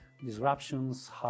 disruptions